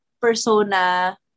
Persona